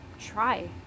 try